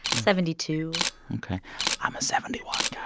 seventy-two i'm a seventy one guy.